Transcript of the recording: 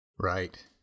Right